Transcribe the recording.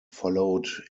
followed